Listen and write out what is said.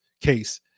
case